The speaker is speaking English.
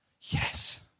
Yes